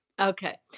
okay